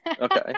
Okay